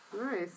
Nice